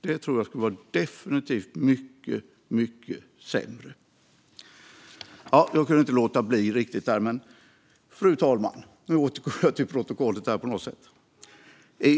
Det tror jag definitivt skulle vara mycket sämre. Jag kunde inte låta bli att säga detta, fru talman, men nu återgår jag till protokollet, så att säga.